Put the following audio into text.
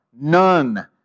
None